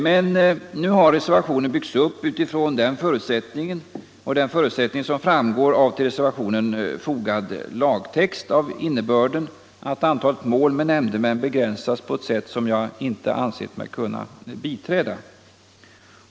Men nu har reservationen byggts upp utifrån en för utsättning som framgår av till reservationen fogad lagtext. Innebörden av den är att antalet mål med nämndemän begränsas på ett sätt som jag inte har ansett mig kunna biträda.